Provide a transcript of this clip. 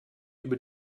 über